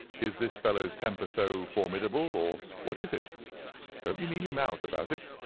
is this fellow's temper so formidable, or what is it? don't be mealy-mouthed about it.